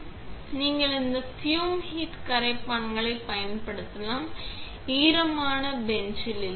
எனவே நீங்கள் இந்த fume ஹூட் கரைப்பான் பயன்படுத்தலாம் மற்றும் ஈரமான பெஞ்சில் இல்லை